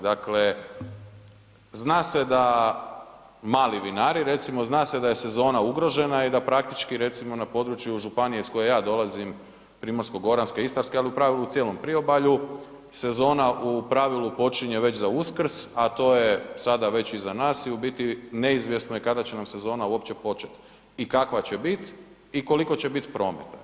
Dakle, zna se da mali vinari recimo, zna se da je sezona ugrožena i da praktički recimo na području županije iz koje ja dolazim, Primorsko-goranske, Istarske ali u pravilu u cijelom priobalju, sezona u pravilu počinje već za Uskrs a to je sada već iza nas i u biti neizvjesno je kada će nam sezona uopće počet i kakva će bit i koliko će bit prometa.